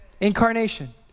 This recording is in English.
Incarnation